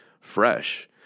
fresh